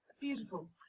Beautiful